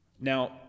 Now